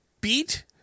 beat